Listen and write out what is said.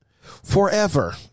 forever